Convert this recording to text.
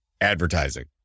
advertising